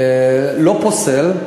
לא פוסל.